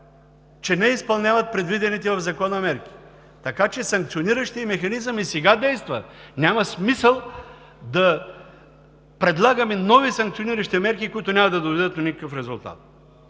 че не изпълняват предвидените в Закона мерки. Така че санкциониращият механизъм и сега действа. Няма смисъл да предлагаме нови санкциониращи мерки, които няма да доведат до никакъв резултат.